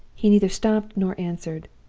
he neither stopped nor answered.